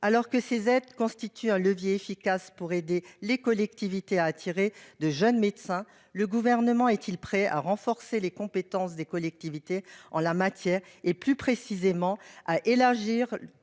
alors que ces aides constituent un levier efficace pour aider les collectivités à attirer de jeunes médecins, le Gouvernement est-il prêt à renforcer les compétences des collectivités en la matière et, plus précisément, à élargir